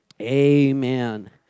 Amen